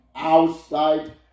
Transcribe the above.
outside